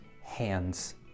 hands